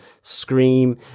scream